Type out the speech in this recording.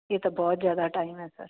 ਇਹ ਤਾਂ ਬਹੁਤ ਜ਼ਿਆਦਾ ਟਾਈਮ ਹੈ